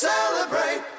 Celebrate